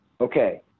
Okay